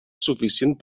suficient